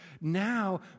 now